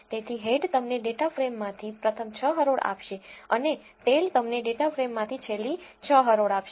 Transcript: તેથી હેડ તમને ડેટા ફ્રેમથી પ્રથમ 6 હરોળ આપશે અને ટેઈલ તમને ડેટા ફ્રેમમાંથી છેલ્લી 6 હરોળ આપશે